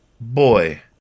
boy